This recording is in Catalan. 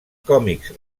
còmics